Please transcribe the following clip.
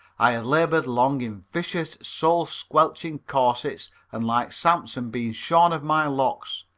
i had labored long in vicious, soul-squelching corsets and like samson been shorn of my locks,